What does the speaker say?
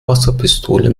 wasserpistole